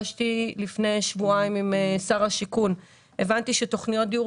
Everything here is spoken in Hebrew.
לפני שבועיים נפגשתי עם שר השיכון והבנתי שנכון להיום תכניות דיור